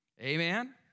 Amen